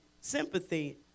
sympathy